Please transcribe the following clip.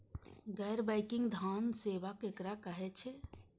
गैर बैंकिंग धान सेवा केकरा कहे छे?